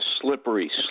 slippery